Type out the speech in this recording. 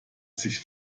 sich